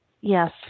Yes